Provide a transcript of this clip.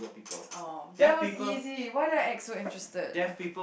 oh that was easy why do I act so interesting ah